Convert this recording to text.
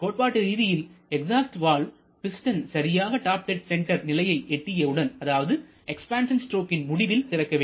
கோட்பாட்டு ரீதியில் exhaust valve piston சரியாக டாப் டெட் சென்டர் நிலையைக் எட்டியவுடன் அதாவது எக்ஸ்பான்சன் ஸ்ட்ரோக்கின் முடிவில் திறக்க வேண்டும்